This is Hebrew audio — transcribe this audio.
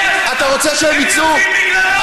הם יוצאים בגללו,